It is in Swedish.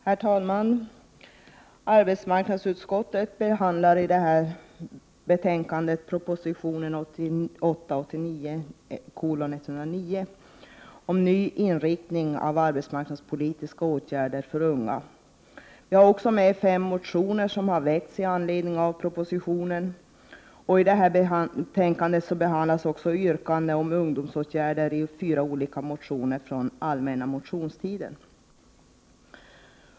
Herr talman! Arbetsmarknadsutskottet behandlar i detta betänkande proposition 1988/89:109 om ny inriktning av arbetsmarknadspolitiska åtgärder för unga och fem motioner som har väckts med anledning av propositionen. I betänkandet behandlas också yrkanden om ungdomsåtgärder i fyra motioner från allmänna motionstiden.